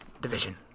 Division